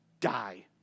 die